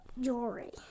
jewelry